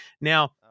Now